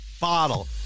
bottle